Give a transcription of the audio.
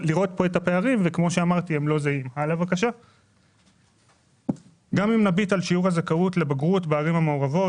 גם אם נביט על שיעור הזכאות לבגרות בערים המעורבות